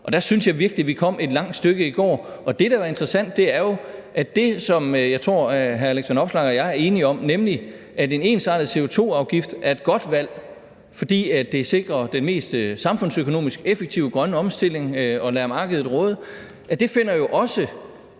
og der synes jeg virkelig vi kom et langt stykke i går. Og det, der er interessant, er jo, at det, som jeg tror hr. Alex Vanopslagh og jeg er enige om, nemlig at en ensartet CO2-afgift er et godt valg, fordi det sikrer den mest samfundsøkonomisk effektive grønne omstilling at lade markedet råde, jo også